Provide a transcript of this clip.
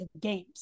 games